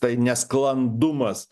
tai nesklandumas